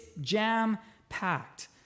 jam-packed